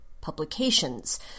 publications